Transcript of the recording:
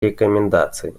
рекомендации